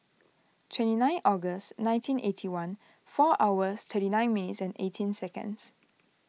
twenty nine August nineteen eighty one four hours thirty nine minutes and eighteen seconds